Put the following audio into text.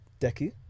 Deku